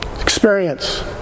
Experience